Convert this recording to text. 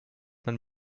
man